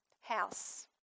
house